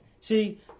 See